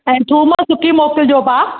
ऐं थूम सुकी मोकिलिजो पाउ